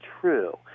true